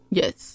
yes